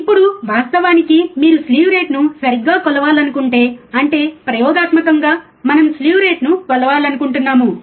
ఇప్పుడు వాస్తవానికి మీరు స్లీవ్ రేటును సరిగ్గా కొలవాలనుకుంటే అంటే ప్రయోగాత్మకంగా మనము స్లీవ్ రేటును కొలవాలనుకుంటున్నాము